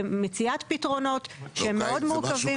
זה מציאת פתרונות שהם מאוד מורכבים.